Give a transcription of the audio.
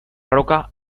roca